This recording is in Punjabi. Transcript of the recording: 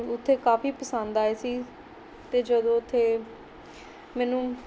ਉੱਥੇ ਕਾਫ਼ੀ ਪਸੰਦ ਆਏ ਸੀ ਅਤੇ ਜਦੋਂ ਉੱਥੇ ਮੈਨੂੰ